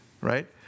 right